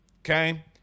okay